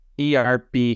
ERP